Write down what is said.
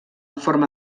forma